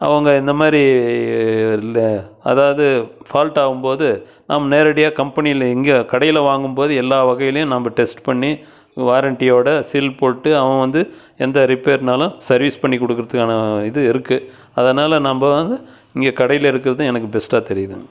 அவங்க இந்தமாதிரி இல்ல அதாவது ஃபால்ட்டாவும்போது நம்ம நேரடியாக கம்பெனியில இங்கே கடையில் வாங்கும்போது எல்லா வகையிலையும் நம்ப டெஸ்ட் பண்ணி வாரண்டியோட சீல் போட்டு அவன் வந்து எந்த ரிப்பேர்னாலும் சர்வீஸ் பண்ணிக் கொடுக்குறதுக்கான இது இருக்கு அதனால் நம்ப வந்த இங்க கடையில் இருக்கிறது எனக்கு பெஸ்ட்டாக தெரியுதுங்க